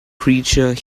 creature